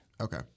okay